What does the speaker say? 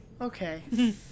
Okay